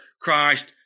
Christ